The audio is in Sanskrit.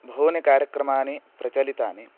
बहूनि कार्यक्रमाणि प्रचलितानि